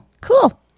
cool